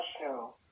show